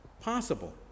possible